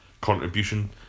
contribution